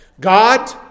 God